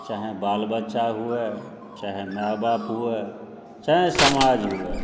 चाहे बाल बच्चा हुए चाहे माए बाप हुए चाहे समाज हुए